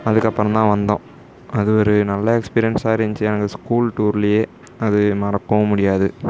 அதுக்கப்புறம் தான் வந்தோம் அது ஒரு நல்ல எக்ஸ்பீரியன்ஸாக இருந்துச்சு எங்கள் ஸ்கூல் டூர்லேயே அது மறக்கவும் முடியாது